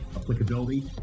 applicability